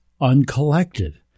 uncollected